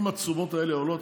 אם התשומות האלה עולות,